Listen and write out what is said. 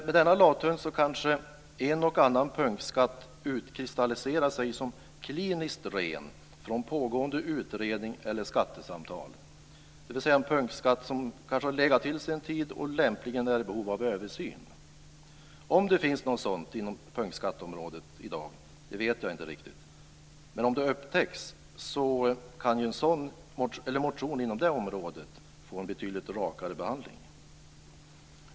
Med denna lathund så kan kanske en och annan punktskattefråga utkristalliserar sig som kliniskt ren från pågående utredning eller skattesamtal. Det är kanske en punktskatt som legat till sig en tid och lämpligen är i behov av översyn. Om det finns något sådant inom punktskatteområdet i dag vet jag inte riktigt, men om det upptäcks kan kanske en motion inom det området få en betydligt rakare behandling.